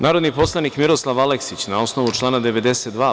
Narodni poslanik Miroslav Aleksić, na osnovu člana 92.